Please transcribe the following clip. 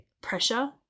pressure